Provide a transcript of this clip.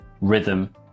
rhythm